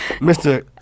Mr